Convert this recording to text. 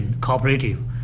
cooperative